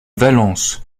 valence